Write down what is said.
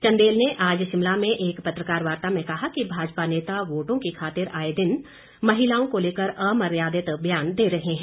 चंदेल ने आज शिमला में एक पत्रकार वार्ता में कहा कि भाजपा नेता वोटों की खातिर आए दिन महिलाओं को लेकर अमर्यादित ब्यान दे रहे हैं